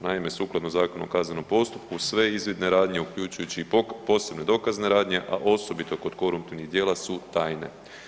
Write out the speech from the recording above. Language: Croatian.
Naime, sukladno Zakonu o kaznenom postupku sve izvidne radnje uključujući i posebne dokazne radnje, a osobito kod koruptivnih dijela su tajne.